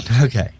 Okay